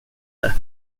det